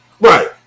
right